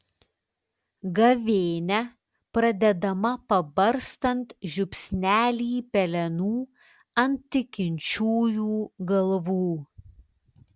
gavėnia pradedama pabarstant žiupsnelį pelenų ant tikinčiųjų galvų